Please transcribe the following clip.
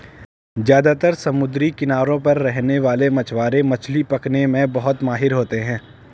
ज्यादातर समुद्री किनारों पर रहने वाले मछवारे मछली पकने में बहुत माहिर होते है